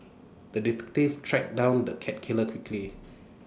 the tracked down the cat killer quickly